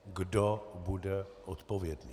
Kdo bude odpovědný?